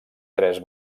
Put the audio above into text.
tres